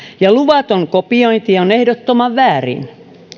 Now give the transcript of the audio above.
ja luvaton kopiointi on ehdottoman väärin